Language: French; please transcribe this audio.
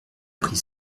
apprit